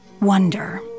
wonder